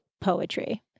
poetry